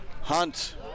Hunt